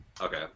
okay